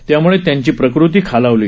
त्यामुळे त्यांची प्रकृती खालावली